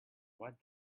what